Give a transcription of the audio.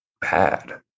bad